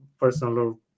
personal